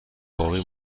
باقی